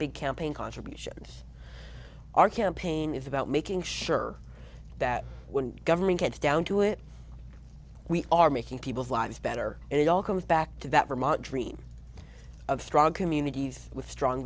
big campaign contributions our campaign is about making sure that when government gets down to it we are making people's lives better and it all comes back to that vermont dream of strong communities with strong